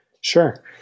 Sure